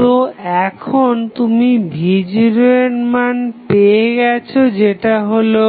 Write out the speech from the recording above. তো এখন তুমি v0 এর মান পেয়ে গেছো যেটা হলো